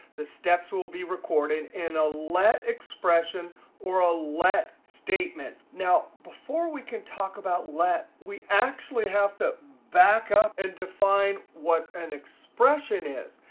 the steps will be recorded in a let expression or ah let statement. now before we can talk about let, we actually have to back up and define what an expression is.